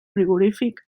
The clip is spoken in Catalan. frigorífic